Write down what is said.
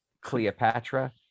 cleopatra